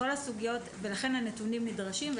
לכן הנתונים נדרשים,